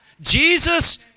Jesus